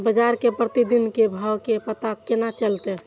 बजार के प्रतिदिन के भाव के पता केना चलते?